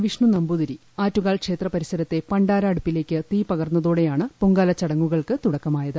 വിഷ്ണു നമ്പൂതിരി ആറ്റുകാൽ ക്ഷേത്ര പരിസരത്തെ പണ്ടാര അടുപ്പിലേക്ക് തീ പകർന്നതോടെയാണ് പൊങ്കാല ചടങ്ങുകൾക്ക് തുടക്കമായത്